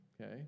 okay